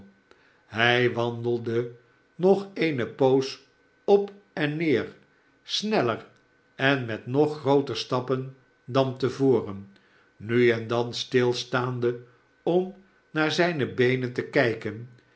hij wandelde nog eene poos op en neer sneller en met nog grooter stappen dan te voren nu en dan stilstaande om naar zijne beenen te kijken